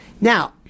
Now